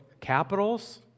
capitals